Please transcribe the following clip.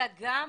אלא יש גם